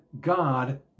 God